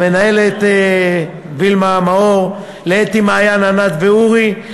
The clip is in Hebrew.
למנהלת וילמה מאור, לאתי, מעיין, ענת ואורי,